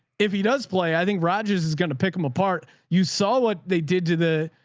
if he does play, i think rogers is going to pick them apart. you saw what they did to the,